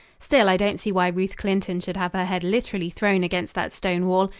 still i don't see why ruth clinton should have her head literally thrown against that stone wall,